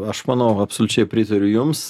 aš manau absoliučiai pritariu jums